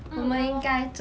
mm ya lor